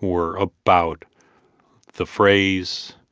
were about the phrase,